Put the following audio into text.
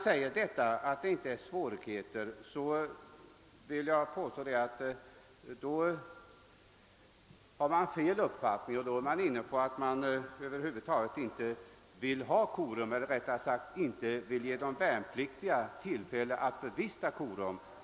När det sägs att det inte är några svårigheter att anordna korum på fritid, så vill jag alltså påstå att denna uppfattning är felaktig. Vad utskottet skriver innebär att man över huvud taget inte vill ge de värnpliktiga som så Önskar tillfälle att bevista korum.